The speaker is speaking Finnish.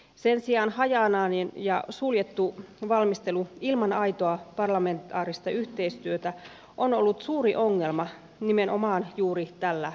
sen sijaan hajanainen ja suljettu valmistelu ilman aitoa parlamentaarista yhteistyötä on ollut suuri ongelma nimenomaan juuri tällä vaalikaudella